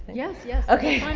yes. yes. okay.